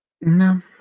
No